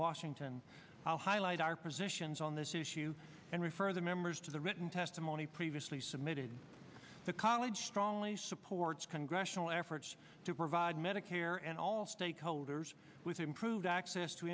washington i'll highlight our positions on this and refer the members to the written testimony previously submitted the college strongly supports congressional efforts to provide medicare and all stakeholders with improved access to